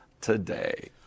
today